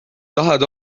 tahad